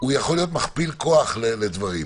הוא יכול להיות מכפיל כוח לדברים.